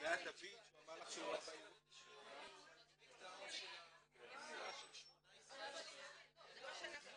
אנחנו מאוד מצטערים שהם פרשו מהממשלה והיא עזבה את משרד היא